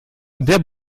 der